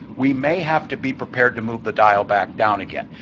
we may have to be prepared to move the dial back down again.